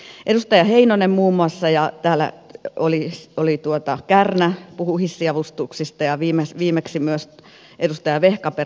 muun muassa edustaja heinonen ja kärnä puhuivat hissiavustuksista ja viimeksi myös edustaja vehkaperä